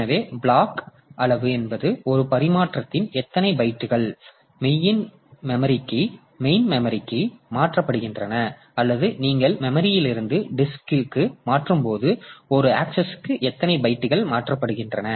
எனவே பிளாக் அளவு என்பது ஒரு பரிமாற்றத்தில் எத்தனை பைட்டுகள் மெயின் மெமரிற்கு மாற்றப்படுகின்றன அல்லது நீங்கள் மெமரிலிருந்து டிஸ்க்கு மாற்றும்போது ஒரு ஆக்சஸ்க்கு எத்தனை பைட்டுகள் மாற்றப்படுகின்றன